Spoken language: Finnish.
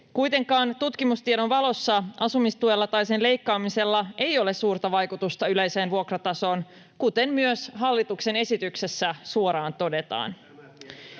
Kuitenkaan tutkimustiedon valossa asumistuella tai sen leikkaamisella ei ole suurta vaikutusta yleiseen vuokratasoon, kuten myös hallituksen esityksessä suoraan todetaan.